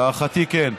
להערכתי, כן.